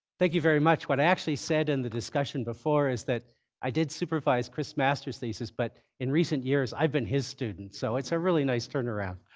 thank you very much. what i actually said in the discussion before is that i did supervise chris' masters thesis. but in recent years, i've been his student, so it's a really nice turnaround.